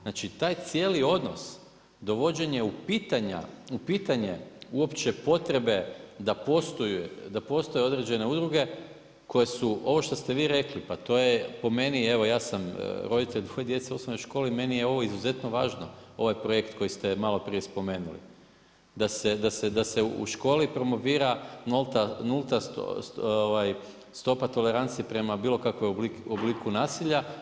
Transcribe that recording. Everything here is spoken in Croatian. Znači taj cijeli odnos dovođenja u pitanje uopće potrebe da postoje određene udruge koje su ovo što ste vi rekli pa to je po meni, evo ja sam roditelj dvoje djece u osnovnoj školi, meni je ovo izuzetno važno, ovaj projekt koji ste maloprije spomenuli da se u školi promovira nulta stopa tolerancije prema bilo kakvom obliku nasilja.